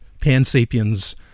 pan-sapiens